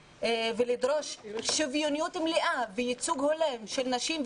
ולדרוש שוויון מלא וייצוג הולם של נשים.